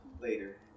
later